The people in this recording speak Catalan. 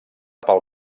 pel